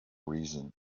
reason